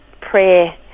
prayer